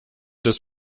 des